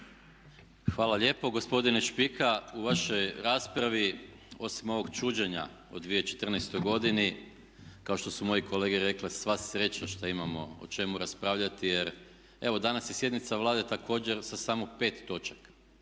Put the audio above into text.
Hvala lijepo. Gospodine Špika, u vašoj raspravi osim ovog čuđenja u 2014. godini kao što su moji kolege rekle sva sreća što imamo o čemu raspravljati jer evo danas je sjednica Vlade također sa samo 5 točaka